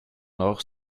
nord